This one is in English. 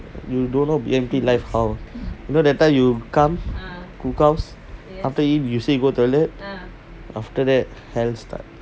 you don't know B_M_T life how you know that time you come cookhouse after you eat you say you go toilet after that hell start